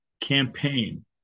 campaign